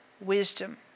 wisdom